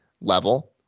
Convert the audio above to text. level